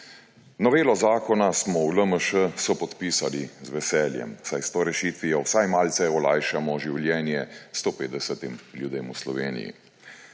Novelo zakona smo v LMŠ sopodpisali z veseljem, saj s to rešitvijo vsaj malce olajšamo življenje 150 ljudem v Sloveniji.